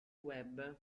web